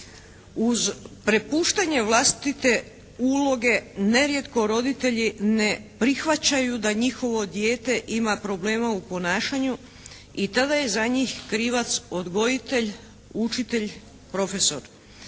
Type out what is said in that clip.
Uz prepuštanje vlastite uloge nerijetko roditelji ne prihvaćaju da njihovo dijete ima problema u ponašanju i tada je za njih krivac odgojitelj, učitelj, profesor.